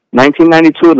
1992